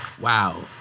Wow